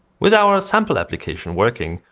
with our sample application working,